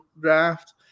draft